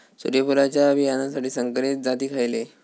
सूर्यफुलाच्या बियानासाठी संकरित जाती खयले?